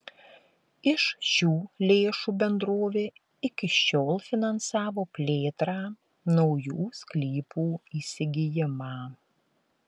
iš šių lėšų bendrovė iki šiol finansavo plėtrą naujų sklypų įsigijimą